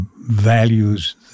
values